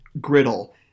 griddle